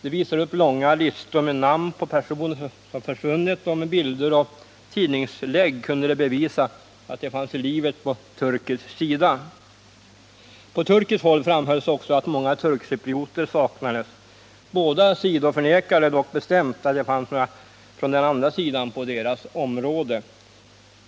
De visade upp långa listor med namn på personer som försvunnit, och med bilder och tidningslägg kunde de bevisa att dessa fanns i livet på turkisk sida. Från turkiskt håll framhölls också att många turkcyprioter saknades. Båda sidor förnekade dock bestämt att det fanns några personer från den andra sidan på deras område.